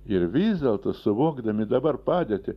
ir vis dėlto suvokdami dabar padėtį